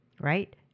right